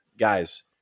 Guys